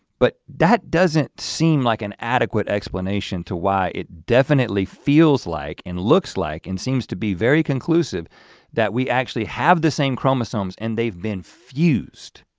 but that doesn't seem like an adequate explanation to why it definitely feels like and looks like and seems to be very conclusive that we actually have the same chromosomes and they've been fused.